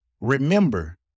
remember